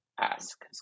ask